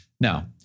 Now